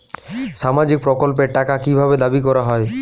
সামাজিক প্রকল্পের টাকা কি ভাবে দাবি করা হয়?